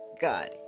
god